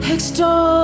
Extol